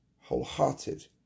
wholehearted